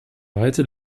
weite